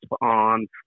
on